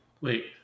Wait